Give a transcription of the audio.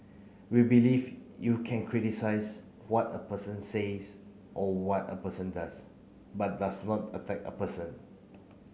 we believe you can criticise what a person says or what a person does but does not attack a person